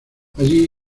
allí